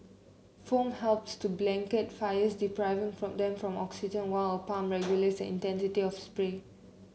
foam helps to blanket fires depriving from them of oxygen while a pump regulates intensity of spray